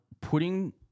putting